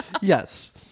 Yes